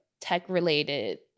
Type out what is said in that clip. tech-related